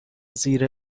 زیر